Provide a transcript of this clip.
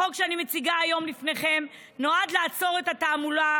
החוק שאני מציגה כאן היום בפניכם נועד לעצור את התעמולה